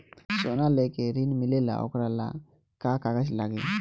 सोना लेके ऋण मिलेला वोकरा ला का कागज लागी?